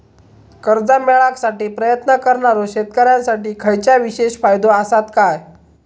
कर्जा मेळाकसाठी प्रयत्न करणारो शेतकऱ्यांसाठी खयच्या विशेष फायदो असात काय?